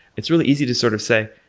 it's really easy to sort of say,